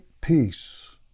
peace